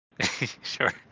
Sure